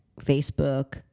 Facebook